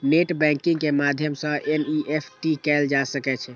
net banking के माध्यम सं एन.ई.एफ.टी कैल जा सकै छै